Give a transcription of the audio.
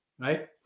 right